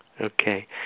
Okay